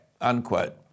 unquote